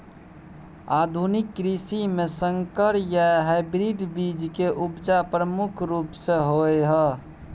आधुनिक कृषि में संकर या हाइब्रिड बीज के उपजा प्रमुख रूप से होय हय